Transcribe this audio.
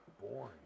boring